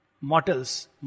mortals